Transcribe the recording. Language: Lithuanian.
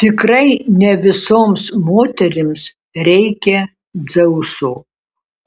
tikrai ne visoms moterims reikia dzeuso